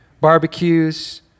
Barbecues